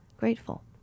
grateful